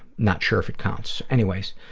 not sure if it counts. anyway,